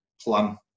plan